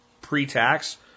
pre-tax